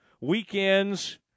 weekends